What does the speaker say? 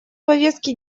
повестки